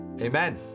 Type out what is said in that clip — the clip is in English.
amen